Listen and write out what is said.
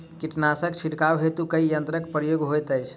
कीटनासक छिड़काव हेतु केँ यंत्रक प्रयोग होइत अछि?